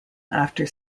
after